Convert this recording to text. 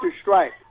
strike